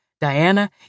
Diana